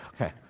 Okay